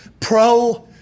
pro